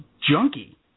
junkie